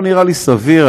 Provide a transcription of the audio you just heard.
לא נראה לי סביר,